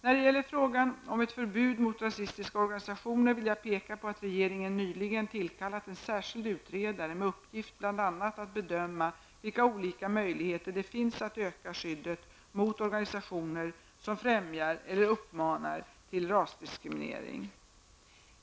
När det gäller frågan om ett förbud mot rasistiska organisationer vill jag peka på att regeringen nyligen tillkallat en särskild utredare med uppgift bl.a. att bedöma vilka olika möjligheter det finns att öka skyddet mot organisationer som främjar eller uppmanar till rasdiskriminering .